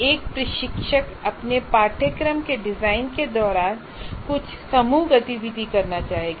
एक प्रशिक्षक अपने पाठ्यक्रम के डिजाइन के दौरान कुछ समूह गतिविधि करना चाहेगा